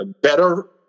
better